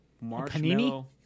marshmallow